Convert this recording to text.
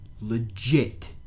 legit